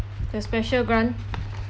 the special grant